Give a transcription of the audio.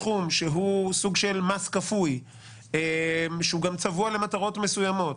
מסכום שהוא סוג של מס כפוי וצבוע למטרות מסוימות,